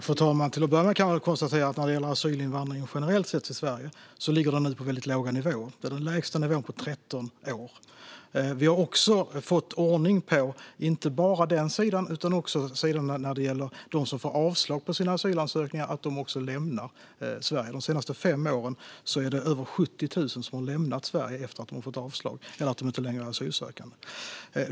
Fru talman! Till att börja med kan man väl konstatera att asylinvandringen generellt sett i Sverige nu ligger på väldigt låga nivåer. Vi har den lägsta nivån på 13 år. Vi har dessutom fått ordning inte bara på den sidan utan också på att människor som får avslag på sina asylansökningar också lämnar Sverige; under de senaste fem åren har över 70 000 lämnat Sverige efter att de har fått avslag eller för att de inte längre är asylsökande.